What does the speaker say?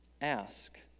Ask